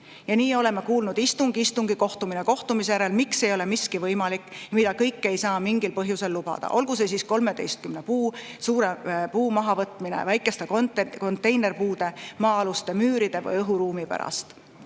Nii oleme kuulnud istung istungi ja kohtumine kohtumise järel, miks miski ei ole võimalik ja mida kõike ei saa mingil põhjusel lubada, olgu see 13 puu mahavõtmise, väikeste konteinerpuude, maa-aluste müüride või õhuruumi pärast.